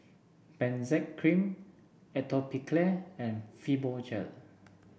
Benzac Cream Atopiclair and Fibogel